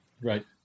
Right